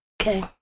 Okay